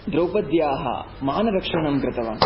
द्रौपद्याः मानरक्षणं कृतवान्